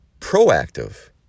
proactive